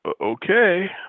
Okay